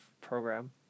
program